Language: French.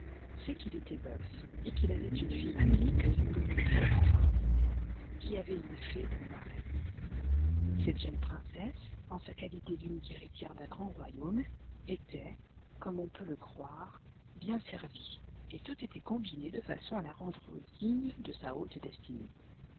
c'est qu'il était veuf et qu'il avait une fille unique d'une beauté extraordinaire qui avait une fée pour marraine cette jeune princesse en sa qualité d'unique héritière d'un grand royaume était comme on peut le croire bien servie et tout était combiné de façon à la rendre digne de sa haute destinée